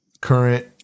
current